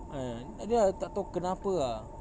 kan then I tak tahu kenapa ah